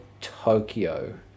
Tokyo